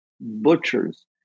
butchers